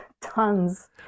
Tons